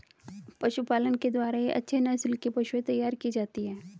पशुपालन के द्वारा ही अच्छे नस्ल की पशुएं तैयार की जाती है